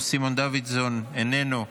איננו,